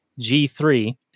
G3